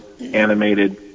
animated